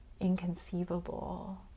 inconceivable